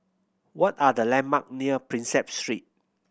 what are the landmark near Prinsep Street